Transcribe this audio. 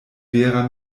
vera